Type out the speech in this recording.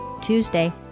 Tuesday